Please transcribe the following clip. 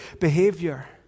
behavior